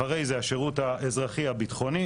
אחרי זה השירות האזרחי הביטחוני,